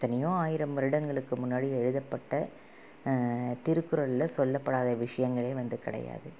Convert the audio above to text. எத்தனையோ ஆயிரம் வருடங்களுக்கு முன்னாடி எழுதப்பட்ட திருக்குறளில் சொல்லப்படாத விஷயங்களே வந்து கிடையாது